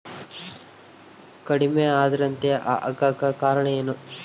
ಕಡಿಮೆ ಆಂದ್ರತೆ ಆಗಕ ಕಾರಣ ಏನು?